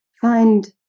find